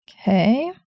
Okay